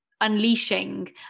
unleashing